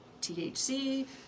THC